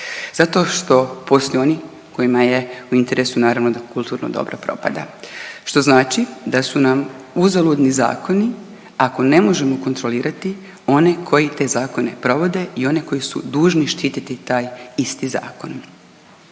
zato što postoje oni kojima je u interesu, naravno, da kulturno dobro propada, što znači da su nam uzaludni zakoni ako ne možemo kontrolirati one koji te zakone provode i one koji su dužni štititi taj isti zakon.